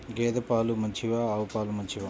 గేద పాలు మంచివా ఆవు పాలు మంచివా?